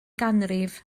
ganrif